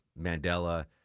Mandela